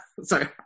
sorry